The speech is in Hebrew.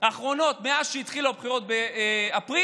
האחרונות מאז שהתחילו הבחירות באפריל,